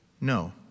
No